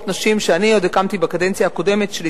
נשים שאני הקמתי עוד בקדנציה הקודמת שלי,